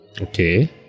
Okay